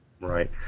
Right